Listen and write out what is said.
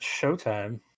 showtime